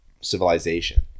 civilization